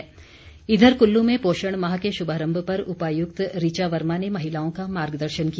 अभियान इधर कुल्लू में पोषण माह के शुभारम्भ पर उपायुक्त ऋचा वर्मा ने महिलाओं का मार्गदर्शन किया